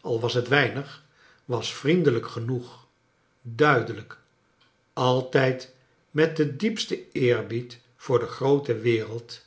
al was het weinig was vriendelijk genoeg duidelijk altijd met den diepsten eerbied voor de groote wereld